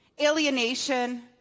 alienation